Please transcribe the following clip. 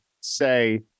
say